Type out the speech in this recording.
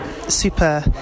super